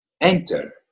enter